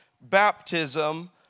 baptism